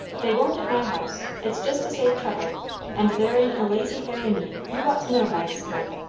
they won't at my house. it's just to save trouble and there ain't a lazy hair in me, you ought to know by this time.